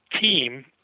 team